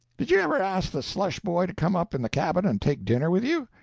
did you ever ask the slush-boy to come up in the cabin and take dinner with you?